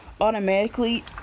automatically